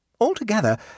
Altogether